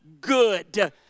good